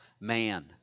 man